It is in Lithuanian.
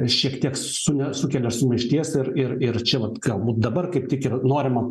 šiek tiek su nesukelia sumaišties ir ir čia vat galbūt dabar kaip tik ir norima